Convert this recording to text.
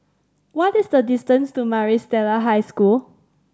what is the distance to Maris Stella High School